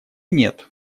нет